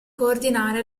coordinare